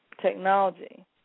technology